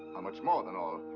how much more than all?